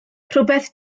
rhywbeth